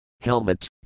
Helmet